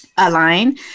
Align